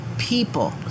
people